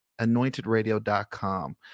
anointedradio.com